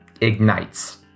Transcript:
ignites